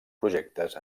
projectes